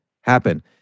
happen